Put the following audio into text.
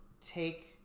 take